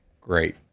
Great